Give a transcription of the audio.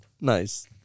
Nice